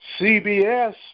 CBS